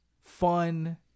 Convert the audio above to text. fun